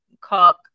Cook